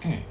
mm